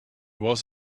was